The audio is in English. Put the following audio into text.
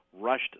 rushed